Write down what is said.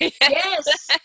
Yes